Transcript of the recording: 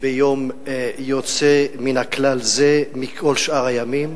ביום יוצא מן הכלל זה מכל שאר הימים,